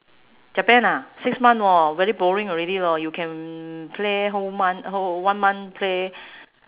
japan ah six month [wor] very boring already lor you can play whole month whole one month play